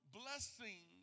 blessing